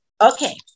Okay